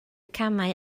camau